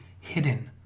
hidden